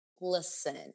Listen